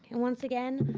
and once again,